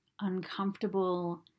uncomfortable